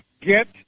get